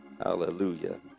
Hallelujah